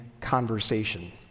conversation